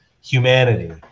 humanity